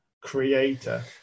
creator